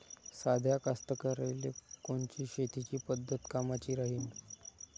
साध्या कास्तकाराइले कोनची शेतीची पद्धत कामाची राहीन?